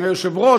אדוני היושב-ראש,